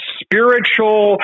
spiritual